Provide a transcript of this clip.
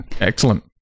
excellent